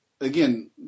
again